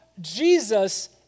Jesus